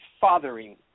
fathering